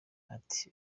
ati